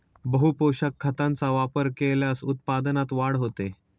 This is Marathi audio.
बहुपोषक खतांचा वापर केल्यास उत्पादनात वाढ होते